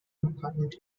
important